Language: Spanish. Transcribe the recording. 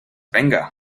venga